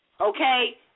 Okay